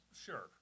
Sure